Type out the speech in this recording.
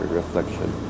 reflection